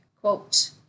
Quote